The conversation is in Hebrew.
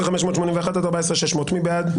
14,581 עד 14,600, מי בעד?